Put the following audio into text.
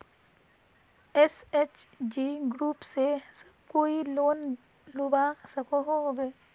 SHG group से सब कोई लोन लुबा सकोहो होबे?